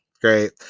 Great